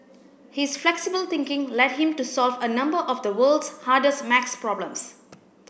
his flexible thinking led him to solve a number of the world's hardest maths problems